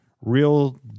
real